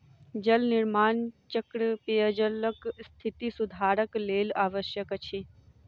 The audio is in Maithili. जल निर्माण चक्र पेयजलक स्थिति सुधारक लेल आवश्यक अछि